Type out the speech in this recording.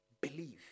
Believe